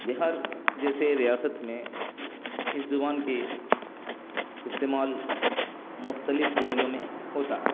بہار جیسے ریاست میں اس زبان کی استعمال مختلف بولیوں میں ہوتا ہے